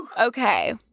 Okay